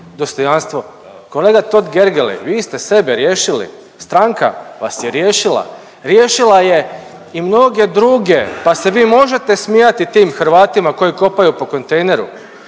Kolega Totgergeli vi ste sebe riješili stranka vas je riješila, riješila je i mnoge druge pa se vi možete smijati tim Hrvatima koji kopaju po kontejneru.